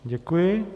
Děkuji.